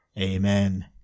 Amen